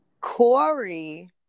Corey